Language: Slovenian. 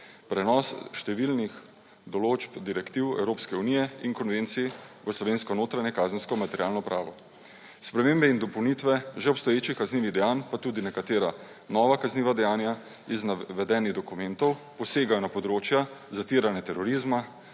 prenos številnih določb, direktiv Evropske unije in konvencij v slovensko notranje kazensko materialno pravo. Spremembe in dopolnitve že obstoječih kaznivih dejanj pa tudi nekatera nova kazniva dejanja iz navedenih dokumentov posegajo na področja zatiranja terorizma,